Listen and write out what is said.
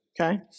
Okay